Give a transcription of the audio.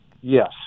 Yes